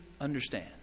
understand